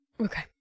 Okay